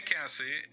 Cassie